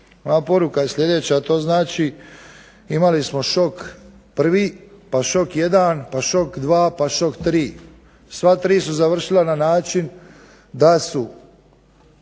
poruka je sljedeća, a to znači imali smo šok 1. pa šok 1, pa šok 2, pa šok 3. sva tri su završila na način da su